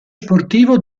sportivo